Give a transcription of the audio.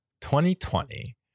2020